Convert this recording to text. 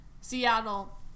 Seattle